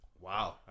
Wow